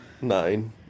Nine